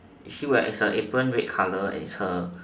is she wear is her apron red colour and is her